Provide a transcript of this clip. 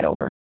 over